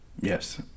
Yes